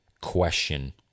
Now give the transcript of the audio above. question